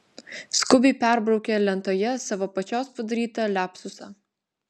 skubiai perbraukė lentoje savo pačios padarytą liapsusą